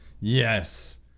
Yes